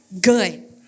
good